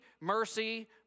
mercy